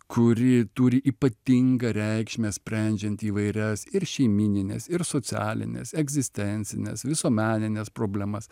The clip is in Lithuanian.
kuri turi ypatingą reikšmę sprendžiant įvairias ir šeimynines ir socialines egzistencines visuomenines problemas